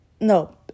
No